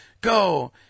Go